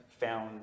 found